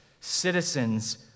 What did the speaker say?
citizens